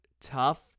tough